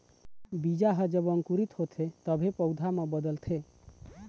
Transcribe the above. बीजा ह जब अंकुरित होथे तभे पउधा म बदलथे